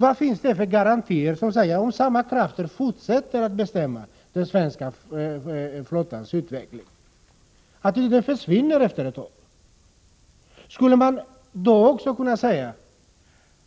Vad finns det för garantier för att den svenska handelsflottan inte, om samma krafter fortsätter att bestämma dess utveckling, efter ett tag försvinner? Skulle man också då kunna säga